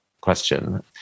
question